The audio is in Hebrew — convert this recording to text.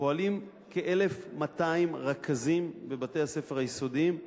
פועלים כ-1,200 רכזים בבתי-הספר היסודיים,